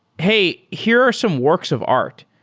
hey, here are some works of art,